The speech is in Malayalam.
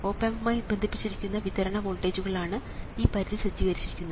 ഓപ് ആമ്പുമായി ബന്ധിപ്പിച്ചിരിക്കുന്ന വിതരണ വോൾട്ടേജുകളാണ് ആ പരിധി സജ്ജീകരിച്ചിരിക്കുന്നത്